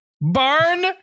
Barn